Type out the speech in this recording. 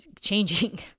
changing